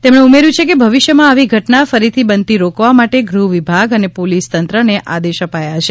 તેમણે ઉમેર્થ્ય છે કે ભવિષ્ય માં આવી ઘટના ફરીથી બનતી રોકવા માટે ગૃહ વિભાગ અને પોલિસ તંત્ર ને આદેશ અપાથા છે